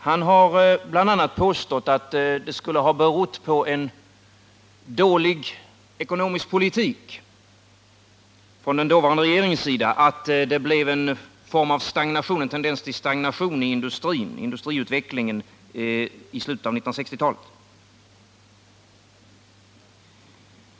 Han har bl.a. påstått att en dålig ekonomisk politik från den dåvarande regeringens sida var orsaken till att det i slutet på 1960-talet blev en tendens till stagnation i industriutvecklingen.